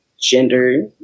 gender